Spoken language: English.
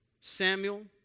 Samuel